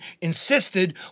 insisted